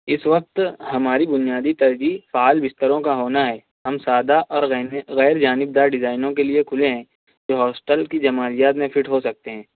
اس وقت ہماری بنیادی ترجیح پال بستروں کا ہونا ہے ہم سادہ اور غین غیر جانبدار ڈیزائنوں کے لئے کھلے ہیں جو ہاسٹل کی جمالیات میں فٹ ہو سکتے ہیں